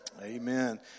Amen